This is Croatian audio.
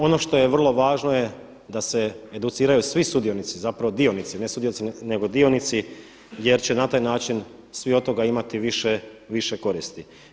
Ono što je vrlo važno je da se educiraju svi sudionici, zapravo dionici, ne sudionici nego dionici jer će na taj način svi od toga imati više koristi.